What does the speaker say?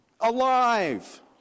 alive